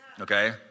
Okay